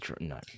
no